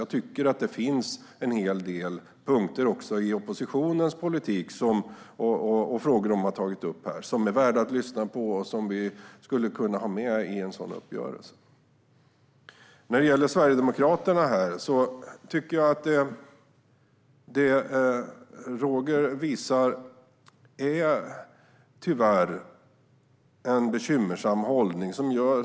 Jag tycker att det finns en hel del punkter också i oppositionens politik och frågor de har tagit upp här som är värda att lyssna på och som vi skulle kunna ha med i en sådan uppgörelse. När det gäller Sverigedemokraterna tycker jag att det Roger visar här tyvärr är en bekymmersam hållning.